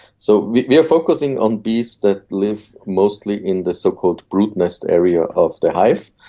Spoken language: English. so we are focusing on bees that live mostly in the so-called group nest area of the hive.